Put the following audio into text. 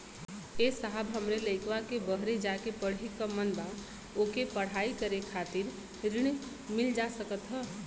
ए साहब हमरे लईकवा के बहरे जाके पढ़े क मन बा ओके पढ़ाई करे खातिर ऋण मिल जा सकत ह?